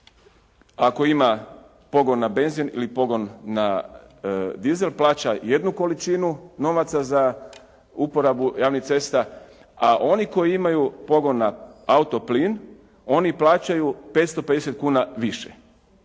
ako ima pogon na benzin ili pogon na dizel plaća jednu količinu novaca za uporabu javnih cesta, a oni koji imaju pogon na auto plin oni plaćaju 550 kuna više.